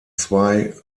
zwei